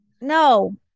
No